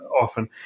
often